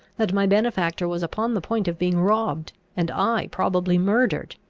that my benefactor was upon the point of being robbed, and i probably murdered.